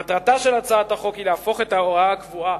מטרתה של הצעת החוק היא להפוך את ההוראה הקבועה